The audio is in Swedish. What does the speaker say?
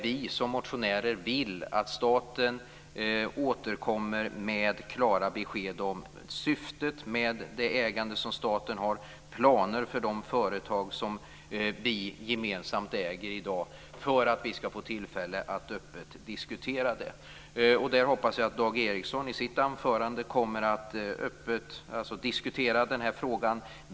Vi som motionärer vill att staten återkommer med klara besked om syftet med det ägande som staten har och om planer för de företag som vi gemensamt äger i dag för att vi skall få tillfälle att öppet diskutera det. Jag hoppas att Dag Ericson i sitt anförande öppet kommer att diskutera den här frågan.